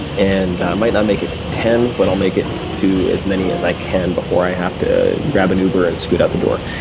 and i might not make it to ten, but i'll make it to as many as i can before i have to grab an uber and scoot out the door.